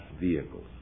vehicles